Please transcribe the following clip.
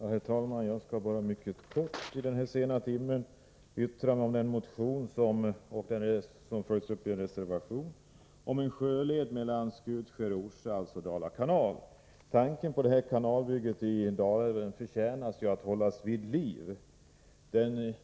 Herr talman! Jag skall fatta mig mycket kort i denna sena timme och endast yttra mig om en motion, som följs upp i en reservation, om byggande av en sjöled mellan Skutskär och Orsa, dvs. Dala kanal. Tanken på detta kanalbygge förtjänar att hållas vid liv. Den